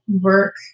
work